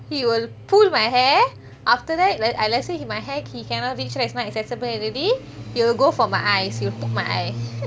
he will pull my hair after that let's say my hair he cannot reach right is not accessible already he will go for my eyes he will poke my eye